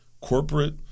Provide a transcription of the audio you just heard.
corporate